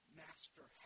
master